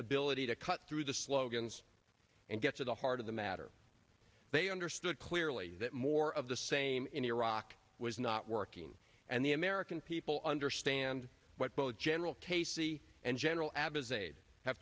ability to cut through the slogans and get to the heart of the matter they understood clearly that more of the same in iraq was not working and the american people understand why quote general casey and general